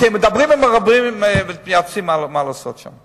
כי הם מדברים עם רבנים ומתייעצים מה לעשות שם.